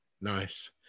Nice